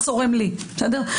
צורם לי לדעת,